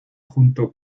junto